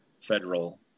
federal